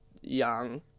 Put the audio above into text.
young